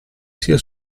sia